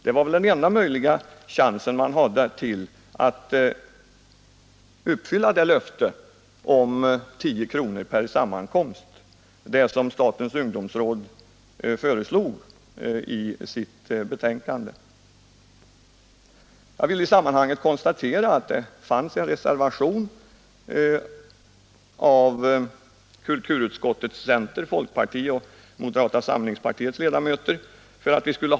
Det var väl den enda möjlighet man hade att tillgodose det förslag om 10 kronor per sammankomst som statens ungdomsråd förde fram i sitt betänkande. Jag vill i detta sammanhang konstatera att det förelåg en reservation till föremån för ett förslagsanslag från centerpartiets, folkpartiets och moderata samlingspartiets ledamöter i kulturutskottet.